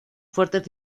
fuertes